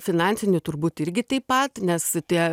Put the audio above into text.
finansinių turbūt irgi taip pat nes tie